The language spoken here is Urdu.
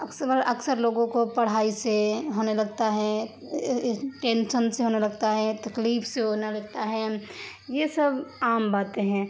اکثر اکثر لوگوں کو پڑھائی سے ہونے لگتا ہے ٹینسن سے ہونے لگتا ہے تکلیف سے ہونے لگتا ہے یہ سب عام باتیں ہیں